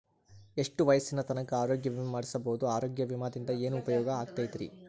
ಎಷ್ಟ ವಯಸ್ಸಿನ ತನಕ ಆರೋಗ್ಯ ವಿಮಾ ಮಾಡಸಬಹುದು ಆರೋಗ್ಯ ವಿಮಾದಿಂದ ಏನು ಉಪಯೋಗ ಆಗತೈತ್ರಿ?